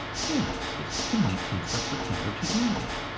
yes it's the nineteenth of september today.